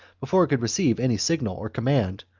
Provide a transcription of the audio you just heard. before it could receive any signal or command,